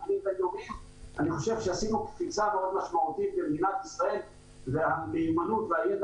--- אני חושב שעשינו קפיצה מאוד משמעותית במדינת ישראל והמהימנות והידע